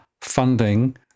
funding